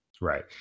Right